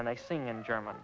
and i sing in german